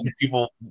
people